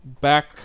back